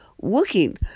working